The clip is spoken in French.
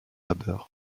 labeur